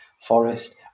forest